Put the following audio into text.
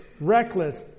reckless